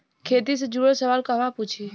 खेती से जुड़ल सवाल कहवा पूछी?